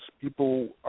people